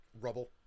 Rubble